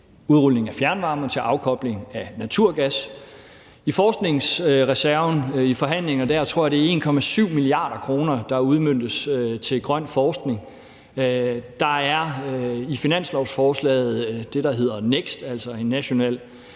udrulning af fjernvarme, til afkobling af naturgas. I forskningsreserven – i forhandlingerne dér – er det 1,7 mia. kr., tror jeg, der udmøntes til grøn forskning. Der er i finanslovsforslaget det, der hedder NEKST, altså en national